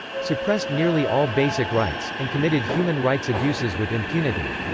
suppressed nearly all basic rights and committed human rights abuses with impunity.